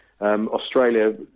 Australia